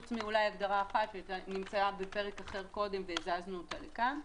פרט אולי להגדרה אחת שנמצאה בפרק אחר קודם והזזנו אותה לכאן.